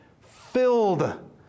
filled